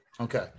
Okay